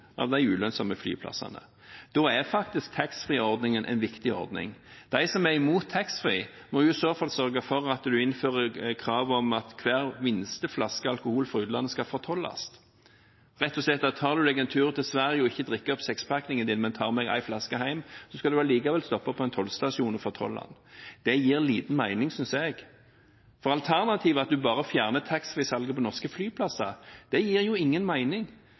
av de ulønnsomme flyplassene. Da er faktisk taxfree-ordningen en viktig ordning. De som er imot taxfree, må i så fall sørge for at en innfører krav om at hver minste flaske alkohol fra utlandet skal fortolles – rett og slett slik at tar en seg en tur til Sverige og ikke drikker opp sekspakningen, men tar med en flaske hjem, skal en stoppe på en tollstasjon og fortolle den. Det gir liten mening, synes jeg, for alternativet med at en fjerner taxfree-salget bare på norske flyplasser, gir ingen mening. Det